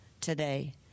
today